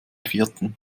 vierten